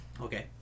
Okay